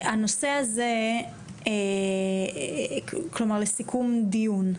הנושא הזה, כלומר, לסיכום דיון.